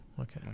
okay